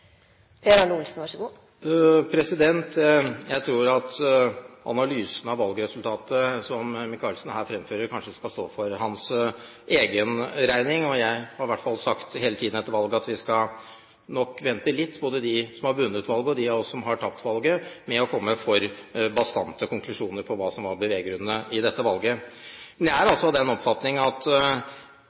Jeg tror at analysen av valgresultatet, som Micaelsen her fremfører, kanskje skal stå for hans egen regning. Jeg har i hvert fall sagt hele tiden etter valget at vi skal nok vente litt – både de som har vunnet valget, og de av oss som har tapt valget – med å komme med for bastante konklusjoner på hva som hva som var beveggrunnene i dette valget. Men jeg er altså av den oppfatning at